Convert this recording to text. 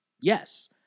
Yes